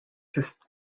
sest